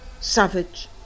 savage